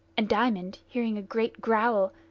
and diamond, hearing a great growl,